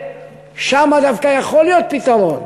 שם דווקא יכול להיות פתרון